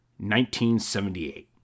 1978